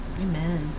Amen